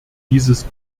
dieses